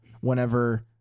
whenever